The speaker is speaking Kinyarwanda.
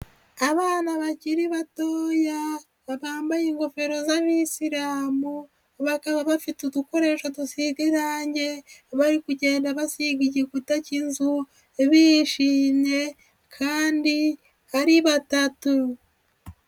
Abana bakiri batoya bambaye ingofero z'abisilamu baka bafite udukoresho dusiga irange bari kugenda basiga igikuta k'inzu, bishimye kandi ari batatu.